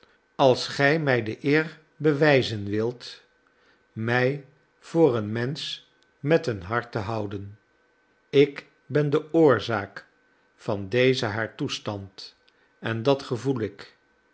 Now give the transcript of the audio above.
als ge mij de eer bewezen wilt mij voor een mensch met een hart te houden ik ben de oorzaak van dezen haar toestand en dat gevoel ik